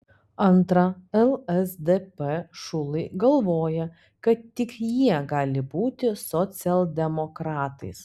antra lsdp šulai galvoja kad tik jie gali būti socialdemokratais